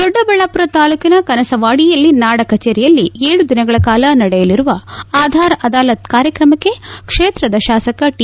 ದೊಡ್ಡಬಳ್ಳಾಪುರ ತಾಲ್ಲೂಕಿನ ಕನಸವಾಡಿ ನಾಡ ಕಚೇರಿಯಲ್ಲಿ ಏಳು ದಿನಗಳ ಕಾಲ ನಡೆಯಲಿರುವ ಆಧಾರ್ ಅದಾಲತ್ ಕಾರ್ಯಕ್ರಮಕ್ಕೆ ಕ್ಷೇತ್ರದ ಶಾಸಕ ಟಿ